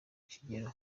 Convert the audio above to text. kigero